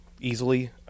easily